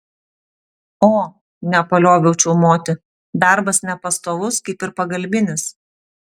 o nepalioviau čiaumoti darbas nepastovus kaip ir pagalbinis